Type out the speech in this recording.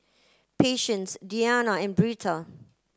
Patience Deana and Britta